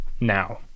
Now